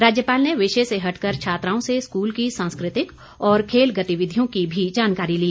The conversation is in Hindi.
राज्यपाल ने विषय से हटकर छात्राओं से स्कूल की सांस्कृतिक और खेल गतिविधियों की भी जानकारी ली